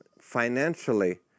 Financially